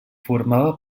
formava